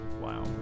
Wow